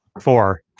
four